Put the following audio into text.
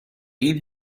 این